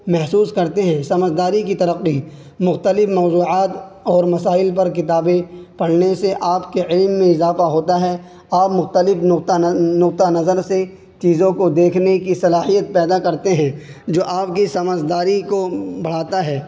محسوس کرتے ہیں سمجھداری کی ترقی مختلف موضوعات اور مسائل پر کتابیں پڑھنے سے آپ کے علم میں اضافہ ہوتا ہے آپ مختلف نقطہ نقطہ نظر سے چیزوں کو دیکھنے کی صلاحیت پیدا کرتے ہیں جو آپ کی سمجھداری کو بڑھاتا ہے